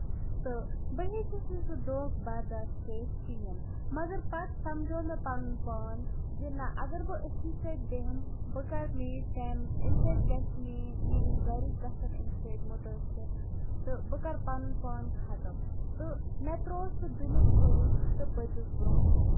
تہٕ بہٕ ہٮ۪چس نہٕ سُہ دۄنکھٕ برداشت کٔرِتھ کِہینۍ مَگر پَتہٕ سَمجھوو مےٚ پَنُن پان زِ نہ اَگر بہٕ أتھی سۭتۍ بیٚہمہٕ بہٕ کرٕ میٲنۍ فیم اَمہِ سۭتۍ گژھِ میٲنۍ میٲنۍ گرِک گژھن اَمہِ سۭتۍ مُتٲثر تہٕ بہٕ کرٕ پَنُن پان ختم تہٕ مےٚ تراو سُہ دٕنِتھ سورُے تہٕ بہٕ پٔچِس برۄنہہ کُن